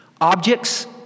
objects